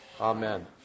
Amen